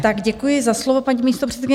Tak děkuji za slovo, paní místopředsedkyně.